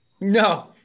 No